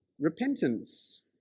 Repentance